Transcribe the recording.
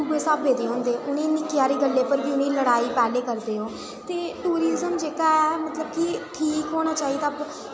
ओह् किश होर स्हाबै दे होंदे ते निक्की हारी गल्ल पर बी लड़ाई पैह्लें करदे ओह् ते टुरीजम जेह्का ऐ ते मतलब ठीक होना चाहिदा ओह्